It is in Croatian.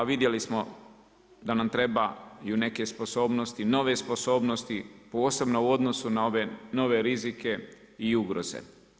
A vidjeli smo da nam trebaju neke sposobnosti, nove sposobnosti posebno u odnosu na ove nove rizike i ugroze.